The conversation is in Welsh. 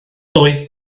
doedd